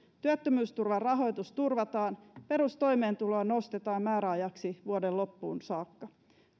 työttömyysturvan rahoitus turvataan perustoimeentuloa nostetaan määräajaksi vuoden loppuun saakka